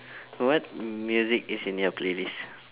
what music is in your playlist